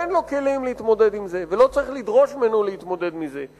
אין לו כלים להתמודד עם זה ולא צריך לדרוש ממנו להתמודד עם זה.